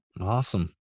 Awesome